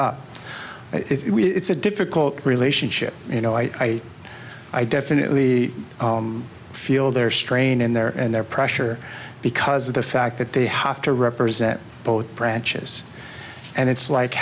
up it's a difficult relationship you know i i definitely feel there strain in there and there pressure because of the fact that they have to represent both branches and it's like